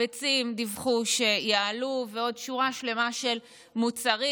הביצים, דיווחו שיעלו, ועוד שורה שלמה של מוצרים.